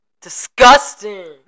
Disgusting